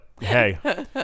hey